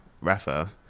Rafa